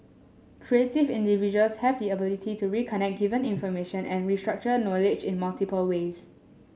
creative individuals have the ability to reconnect given information and restructure knowledge in multiple ways